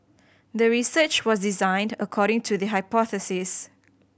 the research was designed according to the hypothesis